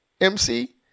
MC